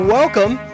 Welcome